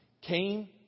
came